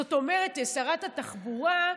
זאת אומרת, שרת התחבורה,